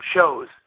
shows